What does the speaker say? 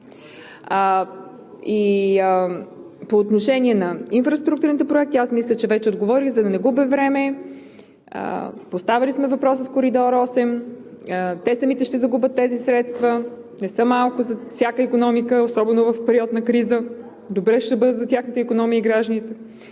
По отношение на инфраструктурните проекти аз мисля, че вече отговорих, за да не губя време. Поставяли сме въпроса с Коридор № 8. Те самите ще загубят тези средства. За всяка икономика, особено в период на криза, добре ще бъде за тяхната икономика и гражданите,